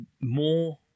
more